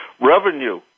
revenue